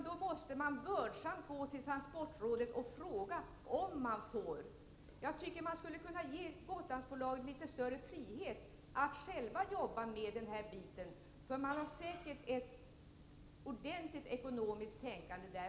Då måste man vördsamt vända sig till transportrådet och be om lov. Jag tycker att vi skulle kunna ge Gotlandsbolaget litet större frihet, så att bolaget självt kunde jobba med den här frågan. Man kan säkert tänka ordentligt också där.